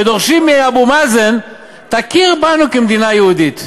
ודורשים מאבו מאזן: תכיר בנו כמדינה יהודית.